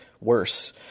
worse